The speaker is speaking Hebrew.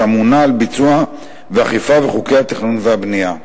שאמונה על ביצוע ואכיפה וחוקי התכנון והבנייה.